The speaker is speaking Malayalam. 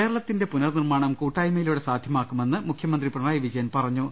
കേരളത്തിന്റെ പുനർനിർമാണം കൂട്ടായ്മയിലൂടെ സാധ്യമാ ക്കുമെന്ന് മുഖ്യമന്ത്രി പിണറായി വിജയൻ പറഞ്ഞു